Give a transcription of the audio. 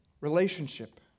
relationship